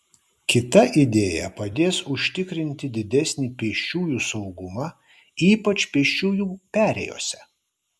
kita idėja padės užtikrinti didesnį pėsčiųjų saugumą ypač pėsčiųjų perėjose